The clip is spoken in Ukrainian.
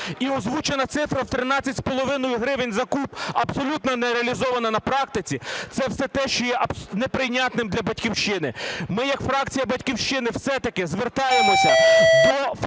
і озвучена цифра в 13,5 гривень за куб абсолютно не реалізована на практиці, – це все те, що є неприйнятним для "Батьківщини". Ми як фракція "Батьківщина" все-таки звертаємося до фракції